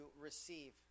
receive